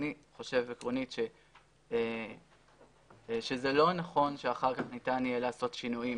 אני חושב עקרונית שזה לא נכון שאחר כך ניתן יהיה לעשות שינויים